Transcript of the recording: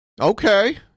Okay